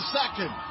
second